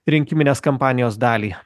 rinkiminės kampanijos dalį